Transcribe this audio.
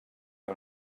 que